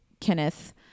Kenneth